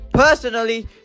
personally